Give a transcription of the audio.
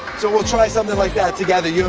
so we'll try something like that together, you